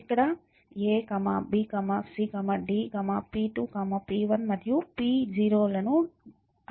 ఇక్కడ ఇది a b c d p2 p1 మరియు p0 అనే డిక్లరేషన్లను కలిగి ఉన్నాము